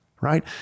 right